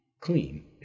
clean